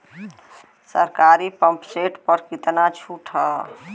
सरकारी pump set प कितना छूट हैं?